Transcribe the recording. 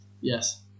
yes